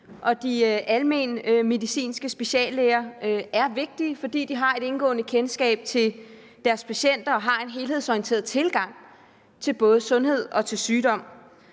de almenmedicinske speciallæger er vigtige, fordi de har et indgående kendskab til deres patienter og har en helhedsorienteret tilgang til både sundhed og sygdom.